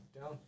Down